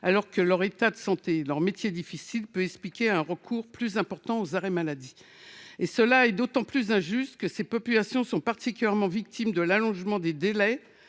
alors que leur état de santé et leur métier difficile peuvent expliquer un recours plus important aux arrêts maladie. Cela est d’autant plus injuste que, selon le syndicat MG France, ces populations sont particulièrement victimes de l’allongement des délais